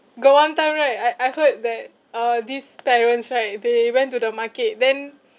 got one time right I I heard that uh this parents right they went to the market then